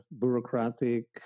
bureaucratic